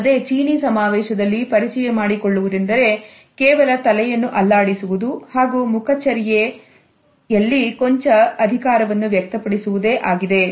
ಅಲ್ಲದೆ ಚೀನಿ ಸಮಾವೇಶದಲ್ಲಿ ಪರಿಚಯ ಮಾಡಿಕೊಳ್ಳುವುದೆಂದರೆ ಕೇವಲ ತಲೆಯನ್ನು ಅಲ್ಲಾಡಿಸುವುದು ಹಾಗೂ ಮುಖಚರ್ಯೆ ಎಲ ಕೊಂಚ ಅಧಿಕಾರವನ್ನು ವ್ಯಕ್ತಪಡಿಸುವುದೇ ಆಗಿದೆ